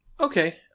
Okay